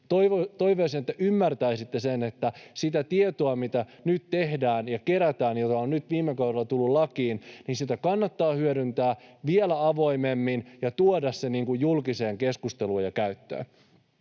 Toivoisin, että ymmärtäisitte sen, että sitä tietoa, mitä nyt tehdään ja kerätään ja jota on nyt viime kaudella tullut lakiin, kannattaa hyödyntää vielä avoimemmin ja tuoda se julkiseen keskusteluun ja käyttöön.